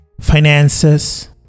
finances